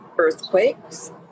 earthquakes